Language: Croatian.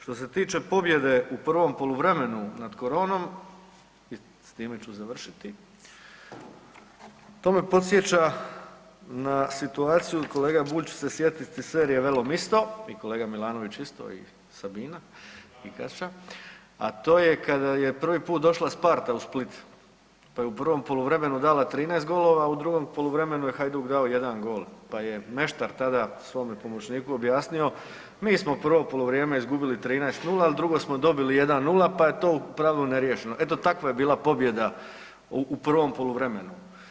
Što se tiče pobjede u prvom poluvremenu nad koronom i s time ću završiti, to me podsjeća na situaciju, kolega Bulj će se sjetiti serije Velo misto i kolega Milanović isto i Sabina i …/nerazumljivo/… a to je kada je prvi puta došla Sparta u Split pa je u prvom poluvremenu dala 14 golova, a u drugom poluvremenu je Hajduk dao 1 gol, pa je meštar tada svome pomoćniku objasnio, mi smo prvo poluvrijeme izgubili 13:0, al drugo smo dobili 1:0 pa je to u pravilu neriješeno, eto takva je bila pobjeda u prvom poluvremenu.